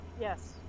yes